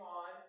on